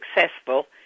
successful